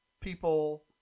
people